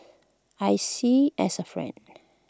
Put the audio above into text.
I see as A friend